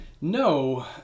No